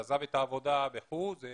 עזב את העבודה וכו' זה